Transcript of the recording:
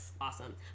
awesome